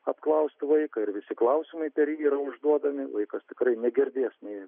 apklausti vaiką ir visi klausimai dar yra užduodami vaikas tikrai negirdės nei